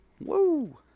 Woo